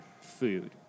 food